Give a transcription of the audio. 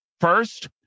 first